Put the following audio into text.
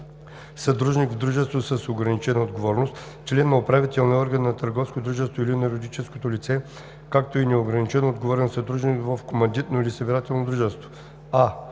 съдружник в дружество с ограничена отговорност, член на управителния орган на търговското дружество или на юридическото лице, както и неограничено отговорен съдружник в командитно или събирателно дружество: